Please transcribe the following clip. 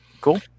Cool